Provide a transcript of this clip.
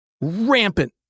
rampant